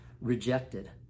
rejected